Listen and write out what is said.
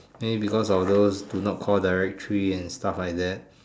maybe because of those do not call directory and stuff like that